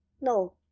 No